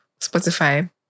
Spotify